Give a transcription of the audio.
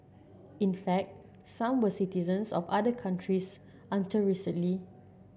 in fact some were citizens of other countries until recently